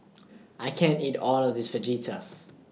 I can't eat All of This Fajitas